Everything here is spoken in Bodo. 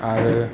आरो